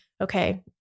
okay